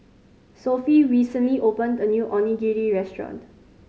Sophie recently opened a new Onigiri Restaurant